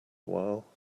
while